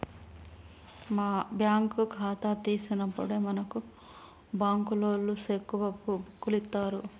bank ఖాతా తీసినప్పుడే మనకు బంకులోల్లు సెక్కు బుక్కులిత్తరు